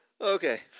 Okay